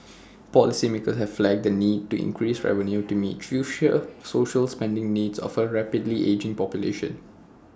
policymakers have flagged the need to increase revenue to meet future social spending needs of A rapidly ageing population